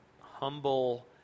humble